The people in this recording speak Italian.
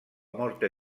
morte